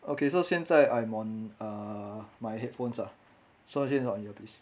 okay so 现在 I'm on uh my headphones ah so since on notice